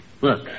Look